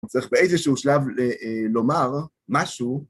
צריך באיזשהו שלב לומר משהו.